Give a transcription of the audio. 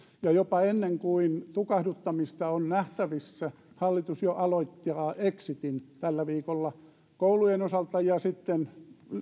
ja jopa ennen kuin tukahduttamista on nähtävissä hallitus jo aloittaa exitin tällä viikolla koulujen osalta ja sitten